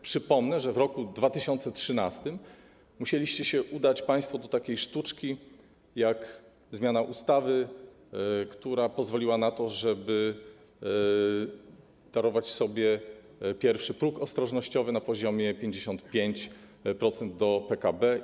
Przypomnę, że w roku 2013 musieliście się uciec państwo do takiej sztuczki jak zmiana ustawy, która pozwoliła na to, żeby darować sobie pierwszy próg ostrożnościowy na poziomie 55% PKB.